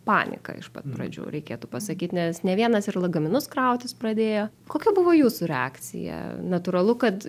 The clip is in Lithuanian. panika iš pat pradžių reikėtų pasakyt nes ne vienas ir lagaminus krautis pradėjo kokia buvo jūsų reakcija natūralu kad